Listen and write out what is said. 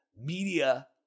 Media